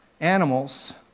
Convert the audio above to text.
animals